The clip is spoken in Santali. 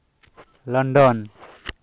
ᱞᱚᱱᱰᱚᱱ